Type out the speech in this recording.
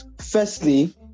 firstly